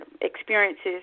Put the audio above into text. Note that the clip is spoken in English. experiences